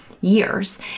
years